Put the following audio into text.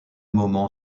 moment